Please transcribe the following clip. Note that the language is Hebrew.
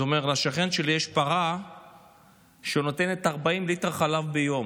אז הוא אומר: לשכן שלי יש פרה שנותנת 40 ליטר חלב ביום.